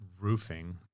roofing